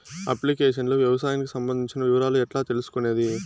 Application లో వ్యవసాయానికి సంబంధించిన వివరాలు ఎట్లా తెలుసుకొనేది?